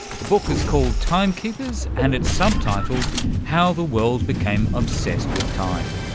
the book is called timekeepers and it's subtitled how the world became obsessed with time.